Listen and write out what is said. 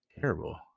Terrible